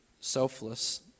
selfless